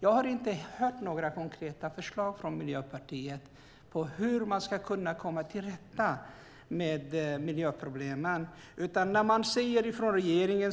Jag har inte hört några konkreta förslag från Miljöpartiet på hur man ska komma till rätta med miljöproblemen. När regeringen,